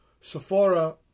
sephora